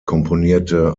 komponierte